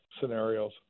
scenarios